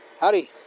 Howdy